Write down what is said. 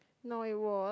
no it was